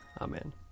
amen